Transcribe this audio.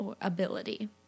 ability